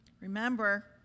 Remember